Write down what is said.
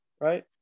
right